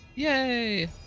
Yay